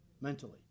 mentally